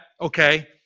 okay